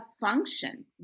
function